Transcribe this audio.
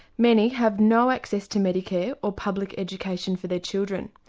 many have no access to medicare or public education for their children.